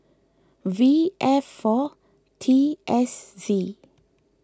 V F four T S Z